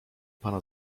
pana